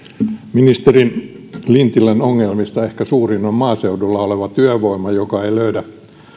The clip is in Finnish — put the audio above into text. ministeri lintilän ongelmista suurin on ehkä maaseudulla oleva työvoima joka ei löydä